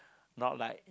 not like